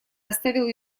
оставил